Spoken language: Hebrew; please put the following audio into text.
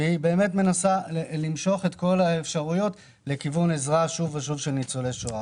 והיא באמת מנסה למשוך את כל האפשרויות לכיוון עזרה לניצולי שואה.